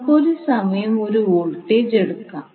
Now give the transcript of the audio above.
നമുക്ക് ഒരു സമയം ഒരു വോൾട്ടേജ് എടുക്കാം